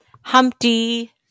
Humpty